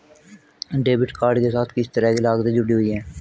Debit card के साथ किस तरह की लागतें जुड़ी हुई हैं?